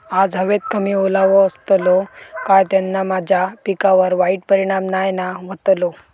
आज हवेत कमी ओलावो असतलो काय त्याना माझ्या पिकावर वाईट परिणाम नाय ना व्हतलो?